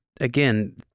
again